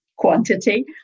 Quantity